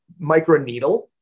microneedle